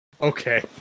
Okay